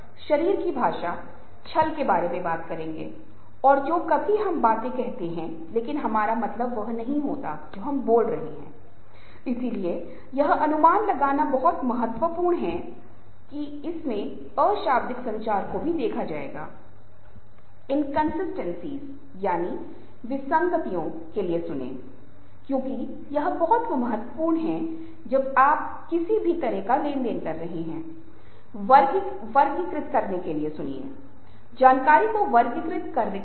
इसलिए वे शिकार बन जाते हैं वे मोहरा बन जाते हैं वे बहुत कमजोर होते हैं और उनकी अभद्रता का मतलब है कि वे निर्णय लेने में सक्षम नहीं हैं और परिणामस्वरूप वे अविश्वसनीय हैं क्योंकि लोग सोचते हैं कि इस तरह के लोग कोई भी निर्णय लेने में सक्षम नहीं हैं इसलिए उन्हें इसका कोई श्रेय नहीं मिल रहा है